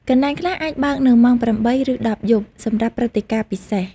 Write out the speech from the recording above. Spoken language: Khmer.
កន្លែងខ្លះអាចបើកនៅម៉ោង ៨ ឬ ១០ យប់ សម្រាប់ព្រឹត្តិការណ៍ពិសេស។